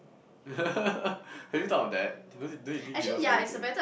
have you thought of that don't don't you think he knows everything